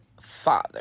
father